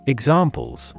Examples